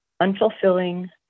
unfulfilling